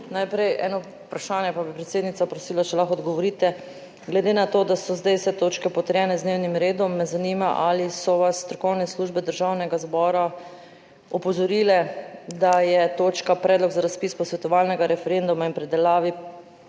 Najprej eno vprašanje, pa bi predsednica prosila, če lahko odgovorite, glede na to, da so zdaj vse točke potrjene z dnevnim redom, me zanima ali so vas strokovne službe Državnega zbora opozorile, da je točka Predlog za razpis posvetovalnega referenduma in pridelavi, predelavi,